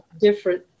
different